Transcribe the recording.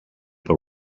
per